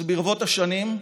אז ברבות השנים,